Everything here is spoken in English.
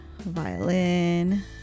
violin